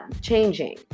changing